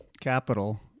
capital